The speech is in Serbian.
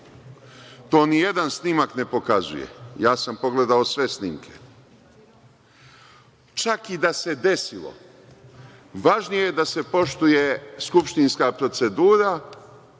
To nijedan snimak ne pokazuje. Ja sam pogledao sve snimke. Čak i da se desilo, važnije je da se poštuje skupštinska procedura,